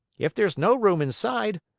if there's no room inside,